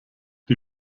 die